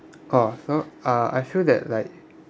oh so ah I feel that like